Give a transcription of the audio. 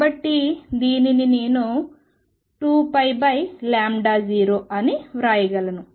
కాబట్టి నేను దీనిని 2π0 అని వ్రాయగలను